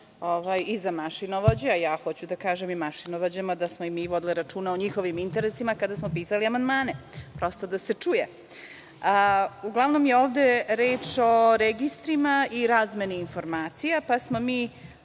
i za mašinovođe. Hoću da kažem i mašinovođama da smo i mi vodili računa o njihovim interesima kada smo pisali amandmane, prosto da se čuje. Uglavnom je ovde reč o registrima i o razmeni informacija, pa smo mi,